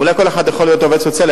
אולי כל אחד יכול להיות עובד סוציאלי,